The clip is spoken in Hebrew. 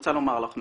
רוצה לומר לך משהו.